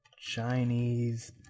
Chinese